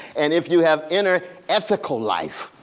and if you have inner-ethical life,